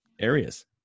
areas